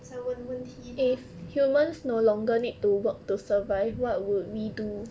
再问问题吧